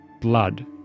blood